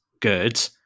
good